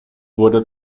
wurde